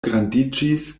grandiĝis